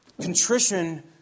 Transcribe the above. Contrition